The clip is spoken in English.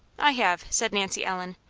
i have, said nancy ellen.